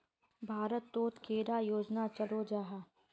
भारत तोत कैडा योजना चलो जाहा?